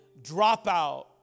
dropout